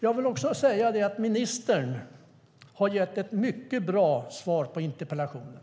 Jag vill också säga att ministern har gett ett mycket bra svar på interpellationen.